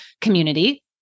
community